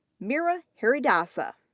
meera haridasa,